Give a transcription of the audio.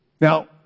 Now